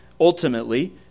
ultimately